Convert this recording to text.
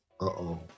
Uh-oh